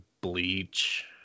Bleach